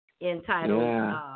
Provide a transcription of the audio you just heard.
entitled